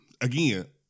Again